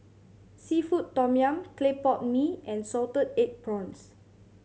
seafood tom yum clay pot mee and salted egg prawns